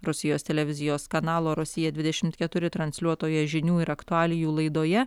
rusijos televizijos kanalo rusija dvidešimt keturi transliuotoja žinių ir aktualijų laidoje